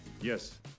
Yes